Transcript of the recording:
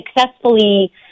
successfully